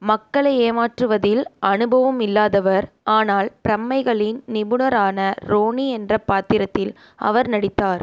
மக்களை ஏமாற்றுவதில் அனுபவம் இல்லாதவர் ஆனால் பிரமைகளின் நிபுணரான ரோனி என்ற பாத்திரத்தில் அவர் நடித்தார்